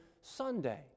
Sunday